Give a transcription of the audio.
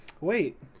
Wait